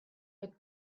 with